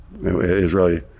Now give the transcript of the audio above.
Israeli